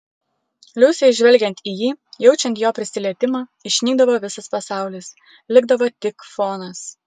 liusei žvelgiant į jį jaučiant jo prisilietimą išnykdavo visas pasaulis likdavo tik fonas